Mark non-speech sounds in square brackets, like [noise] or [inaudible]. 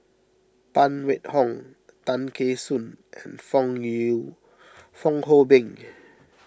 Phan Wait Hong Tay Kheng Soon and Fong [unintelligible] Fong Hoe Beng